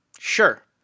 Sure